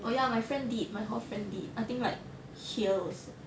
orh ya my friend did my hall friend did I think right here also